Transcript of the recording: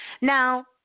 Now